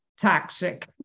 toxic